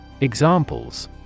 Examples